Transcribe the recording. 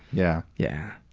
yeah. yeah.